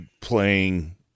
playing